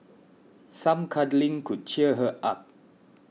some cuddling could cheer her up